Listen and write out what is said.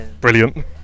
Brilliant